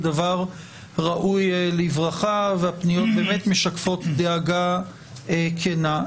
דבר ראוי לברכה והפניות באמת משקפות דאגה כנה.